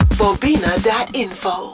bobina.info